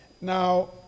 Now